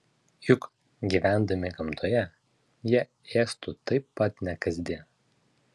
juk gyvendami gamtoje jie ėstų taip pat ne kasdien